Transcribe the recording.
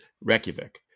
Reykjavik